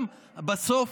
בסוף,